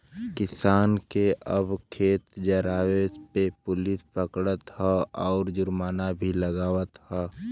किसान के अब खेत जरावे पे पुलिस पकड़त हौ आउर जुर्माना भी लागवत हौ